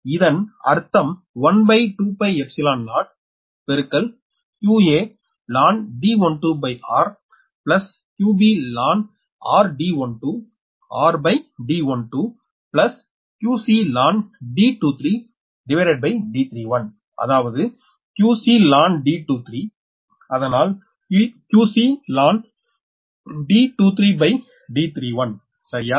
இதன் அர்த்தம் 120qaln D12rqbln r D12 rD12qcln D23D31அதாவது qcln D23அதனால் qcln D23D31 சரியா